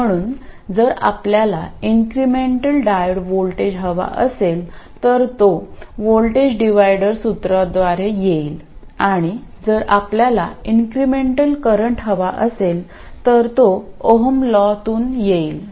म्हणून जर आपल्याला इन्क्रिमेंटल डायोड व्होल्टेज हवा असेल तर तो व्होल्टेज डिव्हायडर सूत्राद्वारे येईल आणि जर आपल्याला इन्क्रिमेंटल करंट हवा असेल तर तो ओहम लॉतूनOhms law येईल